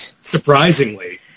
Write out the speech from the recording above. surprisingly